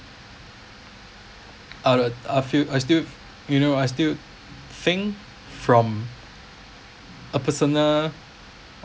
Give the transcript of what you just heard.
I feel I still you know I still think from a personal